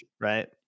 right